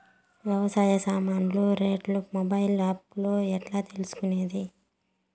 వ్యవసాయ సామాన్లు రేట్లు మొబైల్ ఆప్ లో ఎట్లా తెలుసుకునేది?